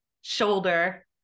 shoulder